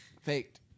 Faked